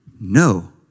No